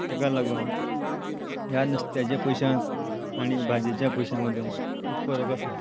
ताका लागून ह्या नुस्त्याच्या पयशां आनी भाजयेच्या पयशां मदें खूब फरक आसा